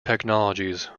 technologies